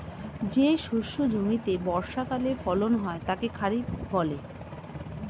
যে শস্য জমিতে বর্ষাকালে ফলন হয় তাকে খরিফ বলে